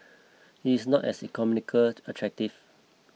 it's not as economical attractive